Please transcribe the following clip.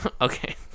Okay